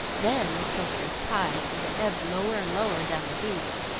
then the treacherous tide, as it ebbed lower and lower down the beach,